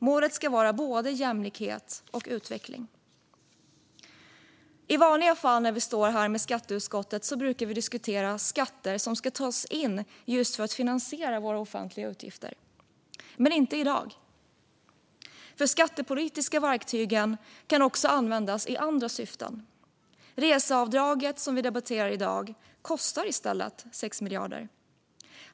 Målet ska vara både jämlikhet och utveckling. I vanliga fall när vi står här och debatterar skatteutskottets betänkanden brukar vi diskutera skatter som ska tas in just för att finansiera våra offentliga utgifter, men inte i dag. De skattepolitiska verktygen kan också användas i andra syften. Reseavdraget, som vi debatterar i dag, kostar i stället 6 miljarder.